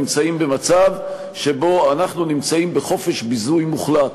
נמצאים במצב שבו אנחנו נמצאים בחופש ביזוי מוחלט,